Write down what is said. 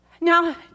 Now